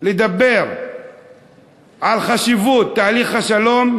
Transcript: לדבר על חשיבות תהליך השלום,